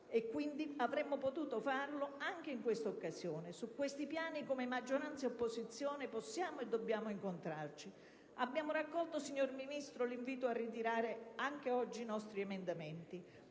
quindi avremmo potuto farlo anche in quest'occasione. Su questi piani, come maggioranza e opposizione, possiamo e dobbiamo incontrarci. Abbiamo raccolto, signor Ministro, l'invito a ritirare anche oggi i nostri emendamenti.